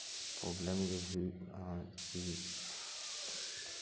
problem ᱜᱮ ᱦᱩᱭᱩᱜᱼᱟ ᱟᱨᱠᱤ